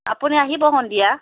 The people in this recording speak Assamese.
আপুনি আহিব সন্ধিয়া